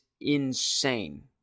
insane